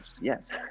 yes